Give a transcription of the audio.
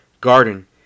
Garden